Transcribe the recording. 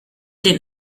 den